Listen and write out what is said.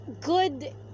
good